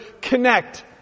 connect